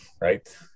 right